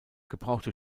gebrauchte